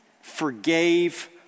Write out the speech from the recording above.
forgave